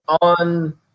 on